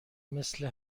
مثل